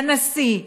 לנשיא,